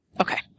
Okay